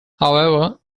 however